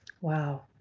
wow